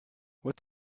what